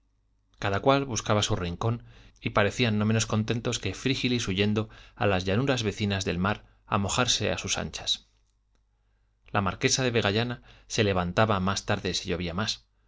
cada cual buscaba su rincón y parecían no menos contentos que frígilis huyendo a las llanuras vecinas del mar a mojarse a sus anchas la marquesa de vegallana se levantaba más tarde si llovía más